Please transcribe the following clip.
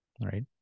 right